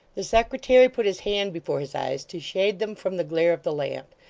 the secretary put his hand before his eyes to shade them from the glare of the lamp,